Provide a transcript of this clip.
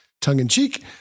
tongue-in-cheek